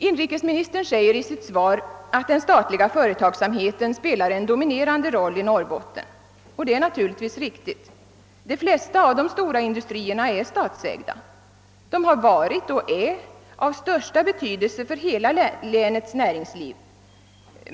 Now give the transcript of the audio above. Inrikesministern säger i sitt svar att den statliga företagsamheten spelar en dominerande roll i Norrbotten, och det är naturligtvis riktigt. De flesta av de stora industrierna är statsägda. De har varit och är av största betydelse för hela länets näringsliv.